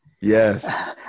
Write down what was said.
Yes